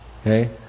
Okay